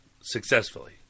successfully